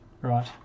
right